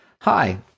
Hi